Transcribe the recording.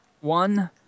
one